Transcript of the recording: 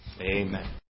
Amen